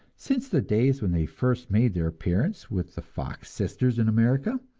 since the days when they first made their appearance with the fox sisters in america,